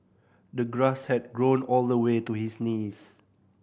the grass had grown all the way to his knees